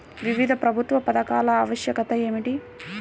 వివిధ ప్రభుత్వ పథకాల ఆవశ్యకత ఏమిటీ?